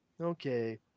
Okay